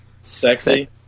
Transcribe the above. Sexy